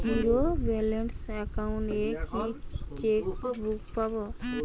Zero balance account এ কি chequebook পাব?